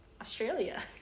Australia